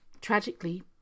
tragically